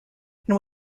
and